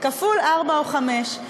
כפול ארבעה או חמישה.